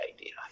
idea